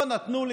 לא נתנו לי.